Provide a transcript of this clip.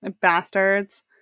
bastards